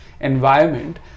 environment